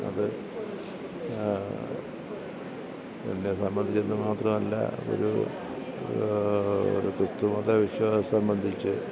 അത് എന്നെ സംബന്ധിച്ചെന്ന് മാത്രമല്ല ഒരു ഒരു ക്രിസ്തു മത വിശ്വാസം സംബന്ധിച്ചു